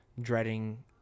dreading